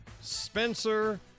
Spencer